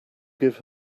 give